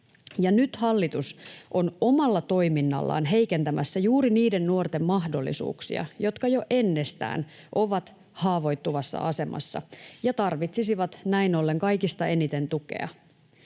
nyt hallitus on omalla toiminnallaan heikentämässä juuri niiden nuorten mahdollisuuksia, jotka jo ennestään ovat haavoittuvassa asemassa ja tarvitsisivat näin ollen kaikista eniten tukea.